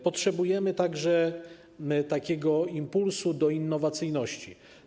Potrzebujemy także takiego impulsu dla innowacyjności.